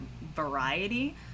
variety